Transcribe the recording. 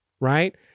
right